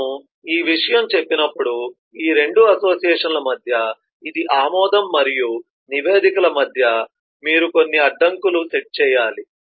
మనము ఈ విషయం చెప్పినప్పుడు ఈ 2 అసోసియేషన్ల మధ్య ఇది ఆమోదం మరియు నివేదికల మధ్య మీరు కొన్ని అడ్డంకులను సెట్ చేయాలి